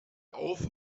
auf